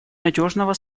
надежного